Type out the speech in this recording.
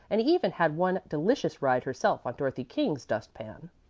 and even had one delicious ride herself on dorothy king's dust-pan.